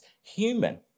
human